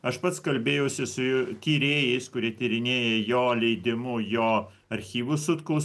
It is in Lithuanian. aš pats kalbėjausi su tyrėjais kurie tyrinėja jo leidimu jo archyvus sutkaus